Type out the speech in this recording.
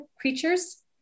creatures